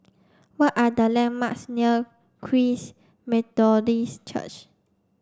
what are the landmarks near Christ Methodist Church